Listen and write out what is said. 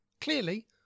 Clearly